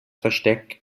versteck